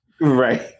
right